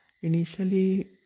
initially